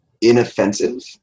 inoffensive